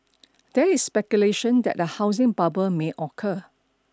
there is speculation that a housing bubble may occur